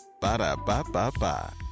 Ba-da-ba-ba-ba